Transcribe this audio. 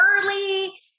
early